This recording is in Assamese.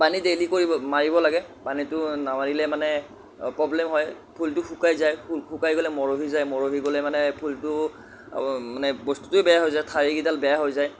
পানী ডেইলি কৰিব মাৰিব লাগে পানীটো নামাৰিলে মানে প্ৰব্লেম হয় ফুলটো শুকাই যায় শুকাই গ'লে মৰহি যায় মৰহি গ'লে মানে ফুলটো মানে বস্তুটোৱে বেয়া হৈ যায় ঠাৰিকেইডাল বেয়া হৈ যায়